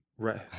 Right